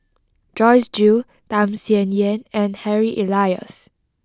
Joyce Jue Tham Sien Yen and Harry Elias